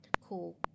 Cool